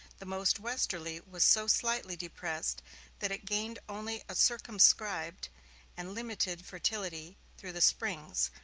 the most westerly was so slightly depressed that it gained only a circumscribed and limited fertility through the springs,